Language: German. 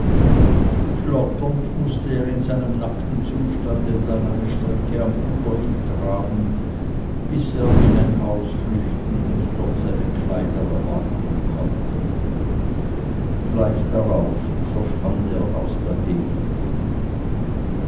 schlotternd mußte er in seinem nackten zustande dann eine strecke am ufer hintraben bis er in ein haus flüchten und dort seine kleider erwarten konnte gleich darauf verschwand er aus der gegend